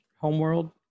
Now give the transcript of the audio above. homeworld